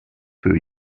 für